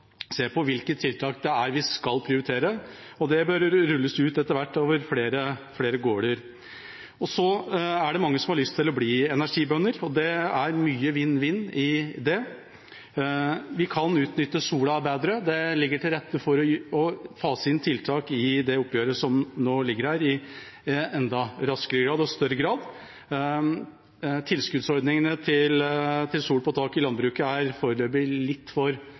se på hvilke tiltak vi skal prioritere. Det bør rulles ut etter hvert på flere gårder. Det er mange som har lyst til å bli energibønder. Det er mye vinn-vinn i det. Vi kan utnytte sola bedre. Det ligger til rette for å fase inn tiltak enda raskere og i større grad i det oppgjøret som nå foreligger. Tilskuddsordningene til solceller på taket i landbruket er foreløpig litt for